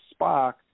Spock